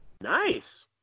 Nice